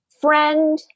friend